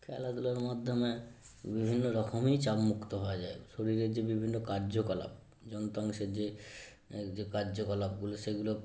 খেলাধূলার মাধ্যমে বিভিন্ন রকমই চাপমুক্ত হওয়া যায় শরীরের যে বিভিন্ন কার্যকলাপ যন্ত্রাংশের যে যে কার্যকলাপগুলো সেগুলো